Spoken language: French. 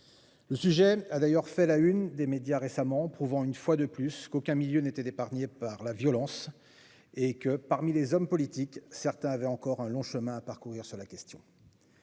Le sujet a d'ailleurs fait la une des médias récemment, prouvant une fois de plus qu'aucun milieu n'était épargné par la violence et que, parmi les hommes politiques, certains avaient encore un long chemin à parcourir sur cette question.